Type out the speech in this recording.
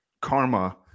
karma